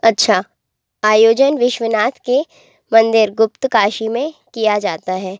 अच्छा आयोजन विश्वनाथ के मंदिर गुप्त काशी में किया जाता है